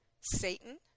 Satan